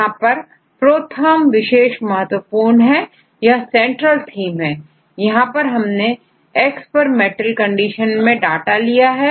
यहां परProTherm विशेष महत्वपूर्ण है यह सेंट्रल थीम है यहां पर हमने एक्स पर मेंटल कंडीशन में डाटा लिया है